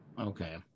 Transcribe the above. Okay